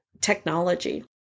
technology